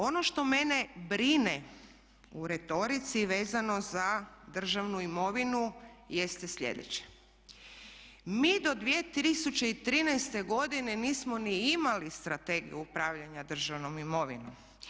Ono što mene brine u retorici vezano za državnu imovinu jeste slijedeće, mi do 2013.godine nismo ni imali Strategiju upravljanja državnom imovinom.